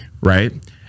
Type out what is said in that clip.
right